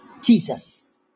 Jesus